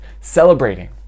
celebrating